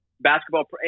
Basketball –